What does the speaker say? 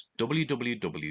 www